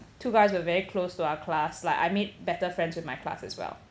two guys were very close to our class like I made better friends with my class as well